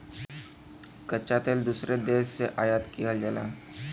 कच्चा तेल दूसरे देश से आयात किहल जाला